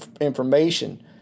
information